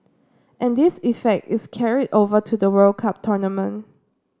and this effect is carried over to the World Cup tournament